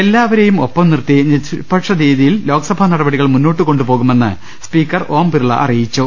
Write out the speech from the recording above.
എല്ലാവരെയും ഒപ്പം നിർത്തി നിഷ്പക്ഷ രീതിയിൽ ലോക്സഭാ നട പടികൾ മുന്നോട്ട് കൊണ്ടുപോകുമെന്ന് സ്പീക്കർ ഒം ബിർള അറിയി ച്ചു